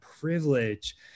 privilege